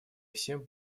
всем